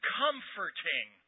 comforting